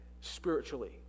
spiritually